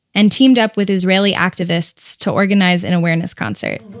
and teamed up with israeli activists to organize an awareness concert